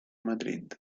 madrid